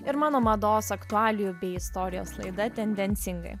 ir mano mados aktualijų bei istorijos laida tendencingai